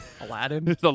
Aladdin